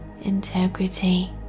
integrity